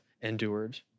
endured